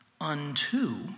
unto